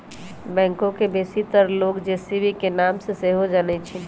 backhoe के बेशीतर लोग जे.सी.बी के नाम से सेहो जानइ छिन्ह